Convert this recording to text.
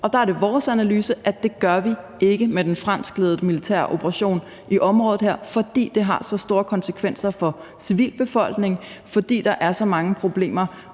Og der er det vores analyse, at det gør vi ikke med den franskledede militære operation i området, fordi det har så store konsekvenser for civilbefolkningen, fordi der er så mange problemer,